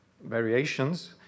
variations